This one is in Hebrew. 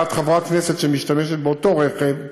ואת חברת כנסת שמשתמשת באותו רכב,